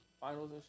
finals